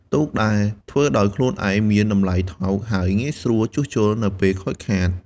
ទូកដែលធ្វើដោយខ្លួនឯងមានតម្លៃថោក ហើយងាយស្រួលជួសជុលនៅពេលខូចខាត។